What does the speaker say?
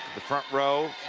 the front row,